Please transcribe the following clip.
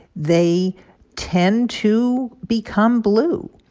they tend to become blue.